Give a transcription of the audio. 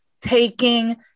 taking